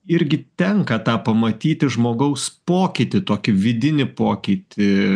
irgi tenka tą pamatyti žmogaus pokytį tokį vidinį pokytį